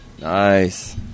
Nice